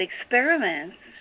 experiments